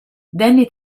danny